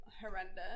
horrendous